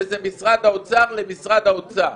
זה משרד האוצר למשרד האוצר.